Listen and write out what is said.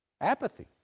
Apathy